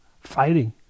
fighting